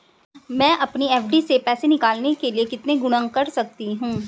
मैं अपनी एफ.डी से पैसे निकालने के लिए कितने गुणक कर सकता हूँ?